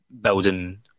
building